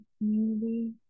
community